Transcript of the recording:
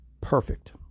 perfect